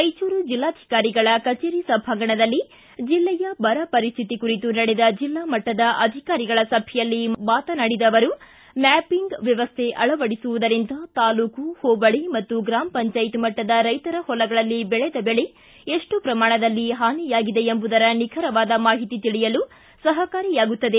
ರಾಯಚೂರು ಜಿಲ್ಲಾಧಿಕಾರಿಗಳ ಕಚೇರಿ ಸಭಾಂಗಣದಲ್ಲಿ ಜಿಲ್ಲೆಯ ಬರ ಪರಿಸ್ಥಿತಿ ಕುರಿತು ನಡೆದ ಜಿಲ್ಲಾಮಟ್ಟದ ಅಧಿಕಾರಿಗಳ ಸಭೆಯಲ್ಲಿ ಮಾತನಾಡಿದ ಅವರು ಮ್ಯಾಪಿಂಗ್ ವ್ಯವಸ್ಥೆ ಅಳವಡಿಸುವುದರಿಂದ ತಾಲೂಕು ಹೋಬಳಿ ಮತ್ತು ಗ್ರಾಮ ಪಂಚಾಯತ್ ಮಟ್ಟದ ರೈತರ ಹೊಲಗಳಲ್ಲಿ ಬೆಳೆದ ಬೆಳೆ ಎಷ್ಟು ಪ್ರಮಾಣದಲ್ಲಿ ಹಾನಿಯಾಗಿದೆ ಎಂಬುದರ ನಿಖರವಾದ ಮಾಹಿತಿ ತಿಳಿಯಲು ಸಹಕಾರಿಯಾಗುತ್ತದೆ